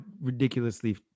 ridiculously